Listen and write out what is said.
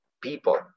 people